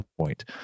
point